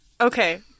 Okay